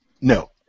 No